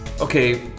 Okay